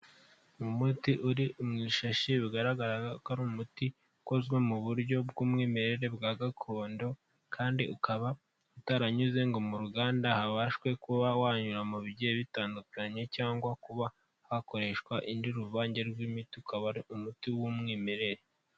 umuti uri mu ishashi bigaragara ko ari umuti ukozwe mu buryo bw'umwimerere bwa gakondo kandi ukaba utaranyuze ngo mu ruganda habashe kuba wanyura mu bigiye bitandukanye cyangwa kuba hakoreshwa indi ruvange'imitikaba umuti w'umwimerere